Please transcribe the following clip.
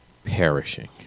perishing